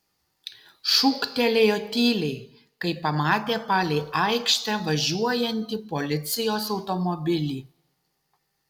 šūktelėjo tyliai kai pamatė palei aikštę važiuojantį policijos automobilį